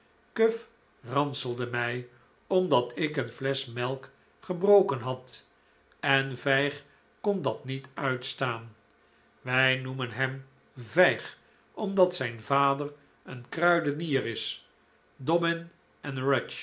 cuff ranselde mij omdat ik een flesch melk gebroken had en vijg kon dat niet uitstaan wij noemen hem vijg omdat zijn vader een kruidenier is